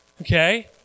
Okay